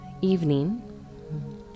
evening